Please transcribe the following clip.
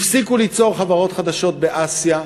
הפסיקו ליצור חברות חדשות באסיה,